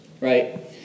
right